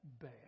bad